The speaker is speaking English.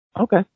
Okay